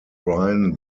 brian